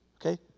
okay